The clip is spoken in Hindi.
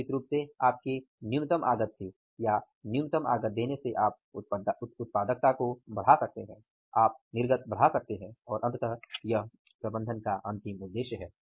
निश्चित रूप से आपके न्यूनतम आगत से या न्यूनतम आगत देने से आप उत्पादकता को बढ़ा सकते हैं आप निर्गत बढ़ा सकते हैं और अंततः यह प्रबंधन का अंतिम उद्देश्य है